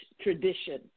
tradition